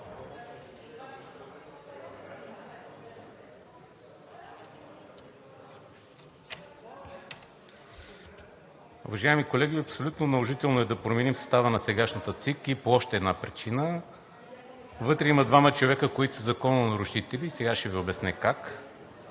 вътре има двама човека, които са закононарушители, и сега ще Ви обясня как.